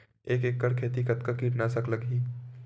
एक एकड़ खेती कतका किट नाशक लगही?